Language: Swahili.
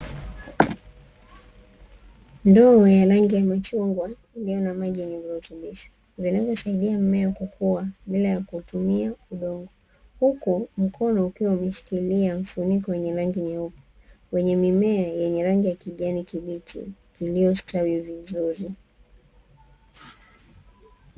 Ndoo ya rangi ya machungwa ina maji yenye virutubisho, yanayosaidia mmea kukua, bila kutumia udongo, huku mkono ukiwa umeshikilia mfuniko, wenye rangi nyeupe wenye mimea yenye kijani kibichi iliyostawi vizuri.